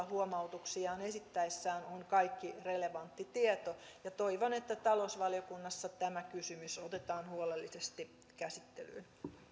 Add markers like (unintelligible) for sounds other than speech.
(unintelligible) huomautuksiaan esittäessään on kaikki relevantti tieto toivon että talousvaliokunnassa tämä kysymys otetaan huolellisesti käsittelyyn